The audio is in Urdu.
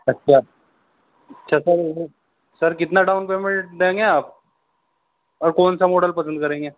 اچھا اچھا سر وہ سر کتنا ڈاؤن پیمنٹ دیں گے آپ اور کون سا ماڈل پسند کریں گے